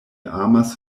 amas